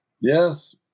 Yes